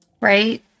right